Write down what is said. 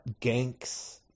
ganks